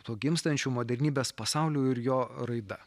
tuo gimstančiu modernybės pasauliu ir jo raida